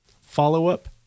follow-up